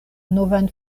novan